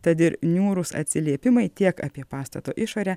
tad ir niūrūs atsiliepimai tiek apie pastato išorę